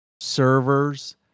servers